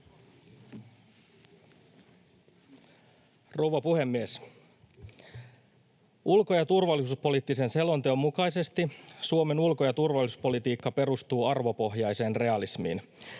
Rouva puhemies! Ulko- ja turvallisuuspoliittisen selonteon mukaisesti Suomen ulko- ja turvallisuuspolitiikka perustuu arvopohjaiseen realismiin.